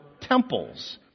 temples